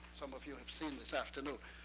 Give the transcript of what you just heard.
some of you have seen this afternoon.